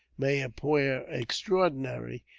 may appear extraordinary,